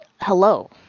hello